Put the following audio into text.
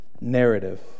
narrative